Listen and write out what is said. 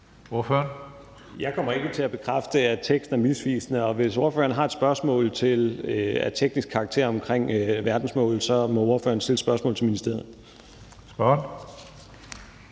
Jeg kommer ikke til at bekræfte, at teksten er misvisende. Og hvis ordføreren har et spørgsmål af teknisk karakter omkring verdensmål, må ordføreren stille spørgsmålet til ministeriet. Kl.